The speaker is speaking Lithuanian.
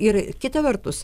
ir kita vertus